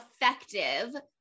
effective